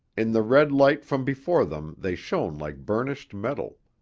in the red light from before them they shone like burnished metal,